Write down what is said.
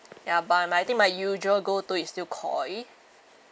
ya but I think my usual go to is still Koi